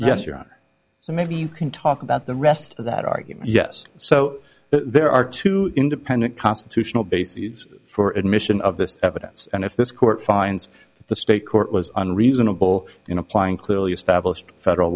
yes your honor so maybe you can talk about the rest of that argument yes so there are two independent constitutional bases for admission of this evidence and if this court finds the state court was on reasonable in applying clearly established federal